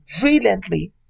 brilliantly